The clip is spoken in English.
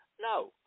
No